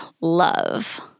love